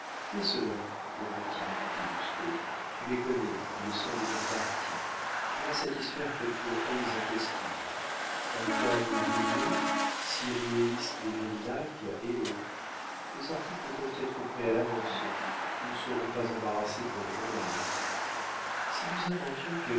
fais cela mon petit dit lousteau tu les connais ils sont de ton parti tu pourras satisfaire quelques haines intestines empoigne beugnot syrieys de mayrinhac et autres les articles peuvent être prêts à l'avance nous ne serons pas embarrassés pour le journal si nous inventions